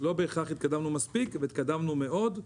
לא בהכרח התקדמנו מספיק, אבל התקדמנו מאוד,